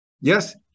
yes